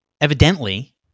evidently